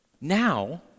Now